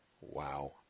Wow